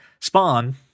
Spawn